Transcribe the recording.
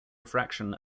refraction